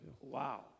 wow